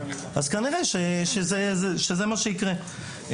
אז כנראה שזה מה שיקרה.